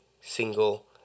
single